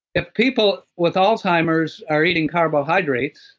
if people with alzheimer's are eating carbohydrates